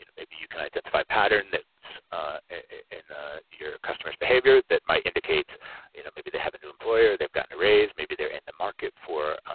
you know maybe you can identify pattern that's in your customer's behavior that might indicate you know maybe they have a new employer, they've gotten a raise, maybe they're in the market for